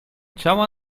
ciała